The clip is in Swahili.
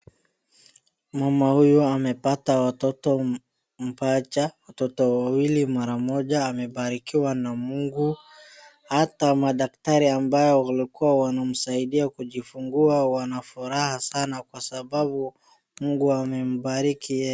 Mama huyu amepata watoto mapacha, watoto wawili mara moja. Amebarikiwa na Mungu. Hata madaktari ambayo walikua wanamsaidia kujifungua wanafuraha sana kwa sababu Mungu amembariki yeye.